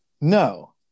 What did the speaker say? No